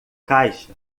caixa